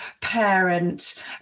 parent